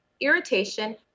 irritation